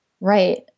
Right